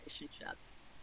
relationships